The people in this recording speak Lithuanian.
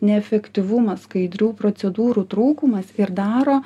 neefektyvumas skaidrių procedūrų trūkumas ir daro